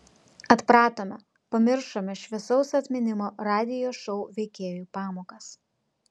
atpratome pamiršome šviesaus atminimo radijo šou veikėjų pamokas